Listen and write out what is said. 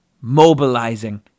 mobilizing